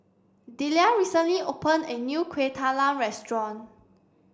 Delia recently open a new Kueh Talam restaurant